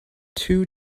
two